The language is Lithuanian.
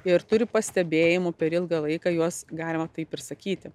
ir turi pastebėjimų per ilgą laiką juos galima taip ir sakyti